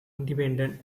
independent